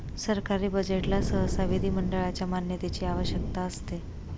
सरकारी बजेटला सहसा विधिमंडळाच्या मान्यतेची आवश्यकता असते